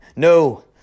No